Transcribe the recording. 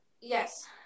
Yes